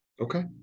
Okay